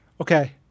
okay